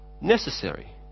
Necessary